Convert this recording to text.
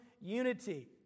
unity